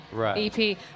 EP